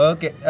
Okay